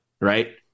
right